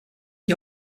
ich